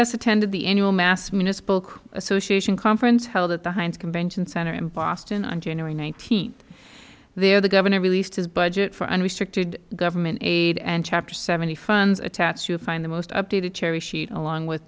municipal association conference held at the heinz convention center in boston on january nineteenth there the governor released his budget for unrestricted government aid and chapter seventy funds attached to find the most updated cherry sheet along with